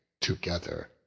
together